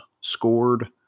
scored